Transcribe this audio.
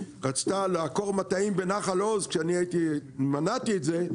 רצתה לעקור מטעים בנחל עוז כשאני מנעתי את זה,